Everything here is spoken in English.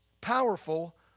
powerful